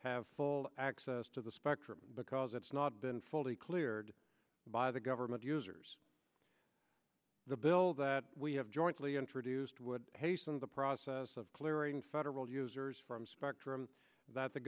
have full access to the spectrum because it's not been fully cleared by the government users the bill that we have jointly introduced would hasten the process of clearing federal users from spectrum that the